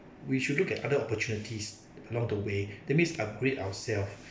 we should look at other opportunities along the way that means upgrade ourselves